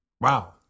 Wow